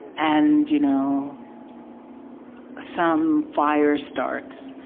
and you know some fire starts,